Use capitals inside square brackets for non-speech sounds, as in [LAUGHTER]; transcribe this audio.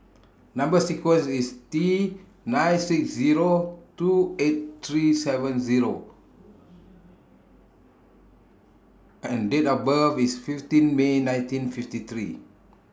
Number sequence IS T nine six Zero two eight three seven Zero [NOISE] and Date of birth IS fifteen May nineteen fifty three